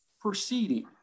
proceeding